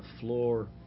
floor